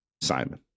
Simon